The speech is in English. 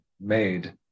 made